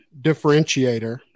differentiator